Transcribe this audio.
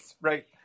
right